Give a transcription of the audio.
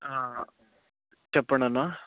చెప్పండన్నా